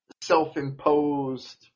self-imposed